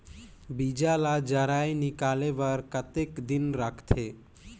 बीजा ला जराई निकाले बार कतेक दिन रखथे?